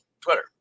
Twitter